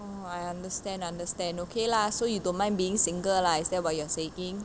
I understand understand okay lah so you don't mind being single lah is that what you are saying